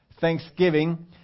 thanksgiving